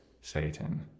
Satan